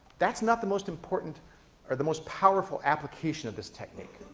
that's not the most important or the most powerful application of this technique.